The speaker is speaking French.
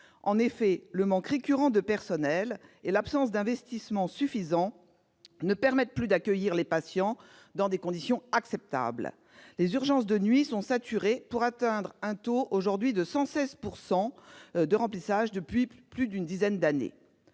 En effet, le manque récurrent de personnel et l'absence d'investissements suffisants ne permettent plus d'accueillir les patients dans des conditions acceptables. Les urgences de nuit sont saturées, pour atteindre aujourd'hui un taux de 116 % de remplissage depuis plus d'une dizaine d'années.